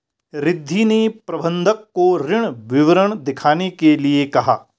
रिद्धी ने प्रबंधक को ऋण विवरण दिखाने के लिए कहा